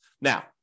Now